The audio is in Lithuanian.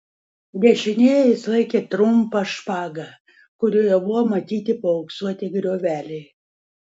dešinėje jis laikė trumpą špagą kurioje buvo matyti paauksuoti grioveliai